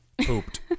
pooped